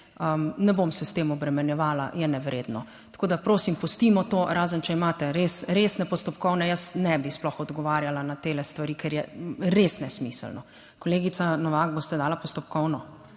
ne bom se s tem obremenjevala, je nevredno, Tako da prosim pustimo to razen, če imate res resne postopkovne, jaz ne bi sploh odgovarjala na te stvari, ker je res nesmiselno. Kolegica Novak, boste dali postopkovno?